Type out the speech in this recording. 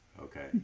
Okay